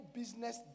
business